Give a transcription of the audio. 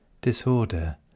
Disorder